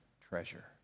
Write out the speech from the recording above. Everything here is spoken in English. treasure